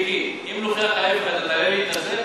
מיקי, אם נוכיח ההפך, תעלה להתנצל?